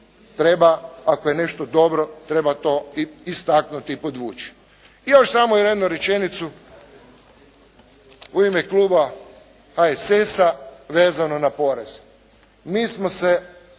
treba ako je nešto dobro, treba to i istaknuti i podvući. Još samo jednu rečenicu, u ime kluba HSS-a vezano na porez. Mi smo se